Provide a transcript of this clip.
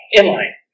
inline